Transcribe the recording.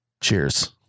Cheers